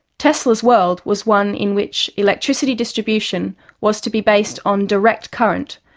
tesla's world was one in which electricity distribution was to be based on direct current,